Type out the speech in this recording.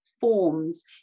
forms